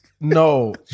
No